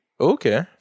Okay